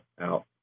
out